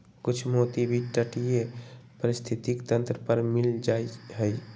कुछ मोती भी तटीय पारिस्थितिक तंत्र पर मिल जा हई